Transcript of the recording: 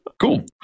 Cool